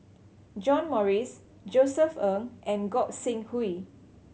John Morrice Josef Ng and Gog Sing Hooi